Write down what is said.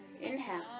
Inhale